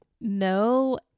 No